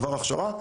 עבר הכשרה,